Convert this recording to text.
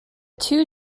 two